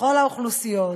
לכל האוכלוסיות,